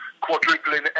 quadrupling